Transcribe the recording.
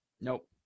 Nope